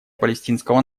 палестинского